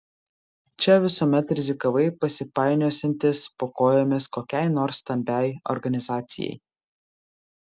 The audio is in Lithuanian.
čia visuomet rizikavai pasipainiosiantis po kojomis kokiai nors stambiai organizacijai